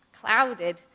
clouded